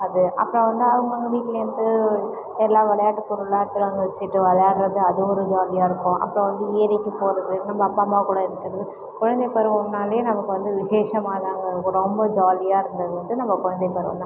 அப்படின்னு அப்போ வந்து அவங்கவுங்க வீட்லேந்துட்டு எல்லாம் விளையாட்டு பொருள்லாம் எடுத்துகிட்டு வந்து வச்சிகிட்டு விளையாட்றது அது ஒரு ஜாலியாக இருக்கும் அப்புறம் வந்து ஏரிக்கு போகறது நம்ப அப்பா அம்மா கூட இருக்கிறது குழந்தைப் பருவம்னாலே நமக்கு வந்து விசேஷமாக தாங்க இருக்கும் ரொம்ப ஜாலியாக இருந்தது வந்து நம்ம குழந்தைப் பருவம் தான்